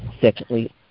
secondly